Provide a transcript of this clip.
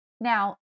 Now